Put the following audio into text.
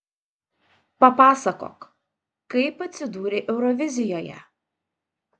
papasakok kaip atsidūrei eurovizijoje